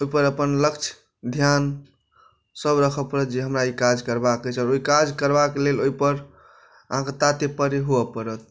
ओहिपर अपन लक्ष्य ध्यानसभ राखय पड़त जे हमरा ई काज करबाक छै आओर ओहि काज करबाक लेल ओहिपर अहाँके तत्पर होवय पड़त